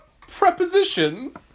preposition